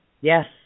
Yes